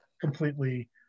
completely